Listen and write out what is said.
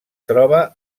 troba